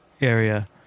area